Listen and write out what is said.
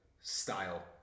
style